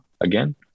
again